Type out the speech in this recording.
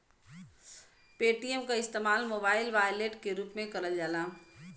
Paytm क इस्तेमाल mobile wallet के रूप में करल जाला